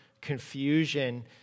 confusion